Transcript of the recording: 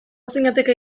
zinateke